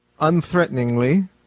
unthreateningly